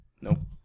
nope